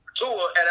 Tua